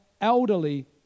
elderly